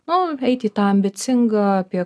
nu eit į tą ambicingą apie